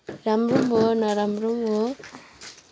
राम्रो पनि हो नराम्रो पनि हो